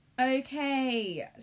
Okay